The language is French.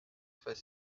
fait